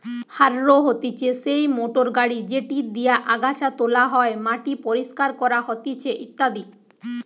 harrow হতিছে সেই motor গাড়ি যেটি দিয়া আগাছা তোলা হয়, মাটি পরিষ্কার করা হতিছে ইত্যাদি